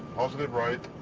positive rate,